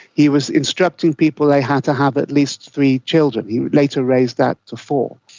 he was instructing people they had to have at least three children. he later raised that to four.